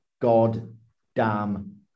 goddamn